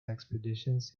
expeditions